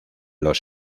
los